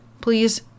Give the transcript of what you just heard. Please